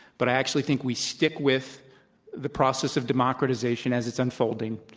but i actually think we stick with the process of democratization as it's unfolding,